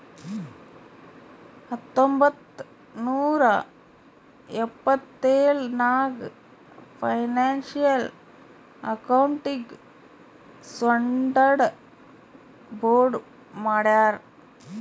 ಹತ್ತೊಂಬತ್ತ್ ನೂರಾ ಎಪ್ಪತ್ತೆಳ್ ನಾಗ್ ಫೈನಾನ್ಸಿಯಲ್ ಅಕೌಂಟಿಂಗ್ ಸ್ಟಾಂಡರ್ಡ್ ಬೋರ್ಡ್ ಮಾಡ್ಯಾರ್